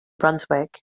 brunswick